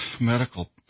medical